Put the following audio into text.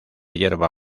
yerba